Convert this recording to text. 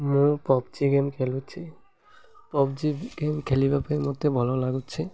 ମୁଁ PUBG game ଖେଳୁଛିି PUBG game ଖେଲିବା ପାଇଁ ମୋତେ ଭଲ ଲାଗୁଛି